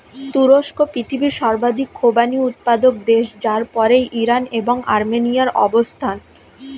তুরস্ক পৃথিবীর সর্বাধিক খোবানি উৎপাদক দেশ যার পরেই ইরান এবং আর্মেনিয়ার অবস্থান